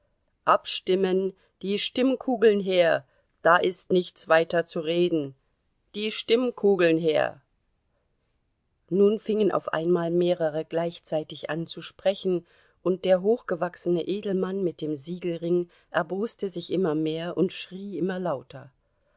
abstimmen die stimmkugeln her da ist nichts weiter zu reden die stimmkugeln her nun fingen auf einmal mehrere gleichzeitig an zu sprechen und der hochgewachsene edelmann mit dem siegelring erboste sich immer mehr und schrie immer lauter